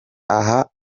aha